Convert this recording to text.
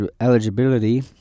eligibility